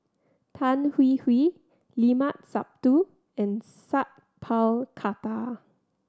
Tan Hwee Hwee Limat Sabtu and Sat Pal Khattar